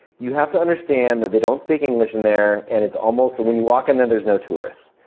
you have to understand that they don't speak english in there, and it's almost so when you walk in there, there's no tourists.